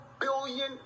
billion